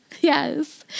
Yes